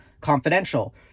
confidential